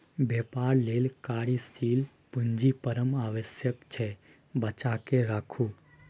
बेपार लेल कार्यशील पूंजी परम आवश्यक छै बचाकेँ राखू